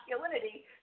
masculinity